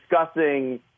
discussing